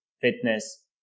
fitness